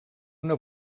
una